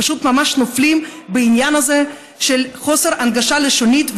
פשוט ממש נופלים בעניין הזה של חוסר הנגשה לשונית,